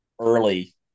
early